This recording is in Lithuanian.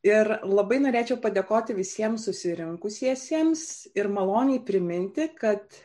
ir labai norėčiau padėkoti visiem susirinkusiesiems ir maloniai priminti kad